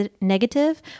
negative